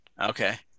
Okay